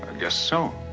and guess so.